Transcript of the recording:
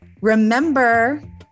Remember